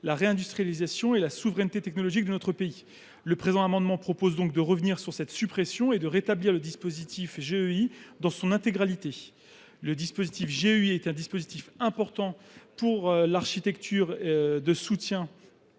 la réindustrialisation et la souveraineté technologique de notre pays. Cet amendement vise donc à revenir sur cette suppression et à rétablir le dispositif JEI dans son intégralité, celui ci constituant une part importante de l’architecture de soutien